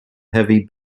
heavy